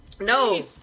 no